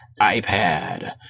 iPad